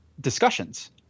discussions